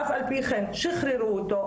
אף-על-פי כן שיחררו אותו.